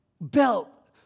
Belt